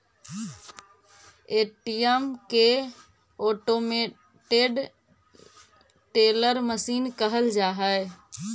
ATM के automated teller machine कहल जा हइ